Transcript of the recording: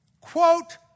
quote